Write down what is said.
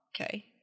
Okay